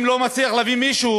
אם הוא לא מצליח להביא מישהו,